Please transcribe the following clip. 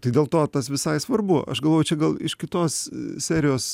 tai dėl to tas visai svarbu aš galvoju čia gal iš kitos serijos